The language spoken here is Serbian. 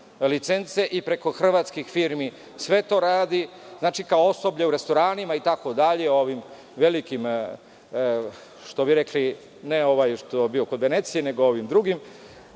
licence i preko hrvatskih firmi sve to radi, kao osoblje u restoranima, itd. u ovim velikim, što bi rekli, ne ovaj što je bio kod Venecije, nego ovim drugim